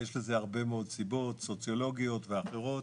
יש לזה הרבה מאוד סיבות סוציולוגיות ואחרות,